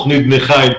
תוכנית בני חיל,